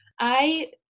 I-